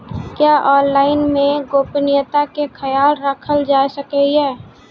क्या ऑनलाइन मे गोपनियता के खयाल राखल जाय सकै ये?